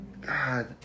God